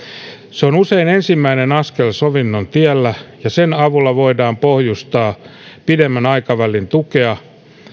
se on usein ensimmäinen askel sovinnon tiellä ja sen avulla voidaan pohjustaa pidemmän aikavälin tukea